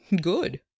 Good